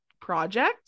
project